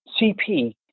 CP